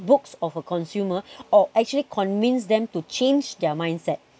books of a consumer or actually convince them to change their mindset